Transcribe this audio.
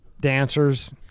dancers